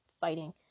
fighting